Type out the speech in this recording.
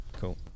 Cool